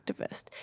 activist